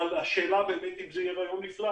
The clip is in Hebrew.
אבל השאלה באמת אם זה יהיה רעיון נפלא.